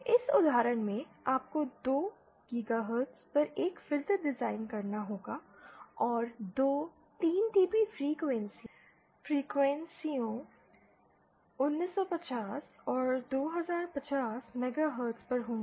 इस उदाहरण में आपको 2 GHz पर एक फ़िल्टर डिज़ाइन करना होगा और दो 3DB फ्रीक्वेंसीयों 1950 और 2050 मेगाहर्ट्ज़ पर होंगे